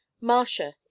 marcia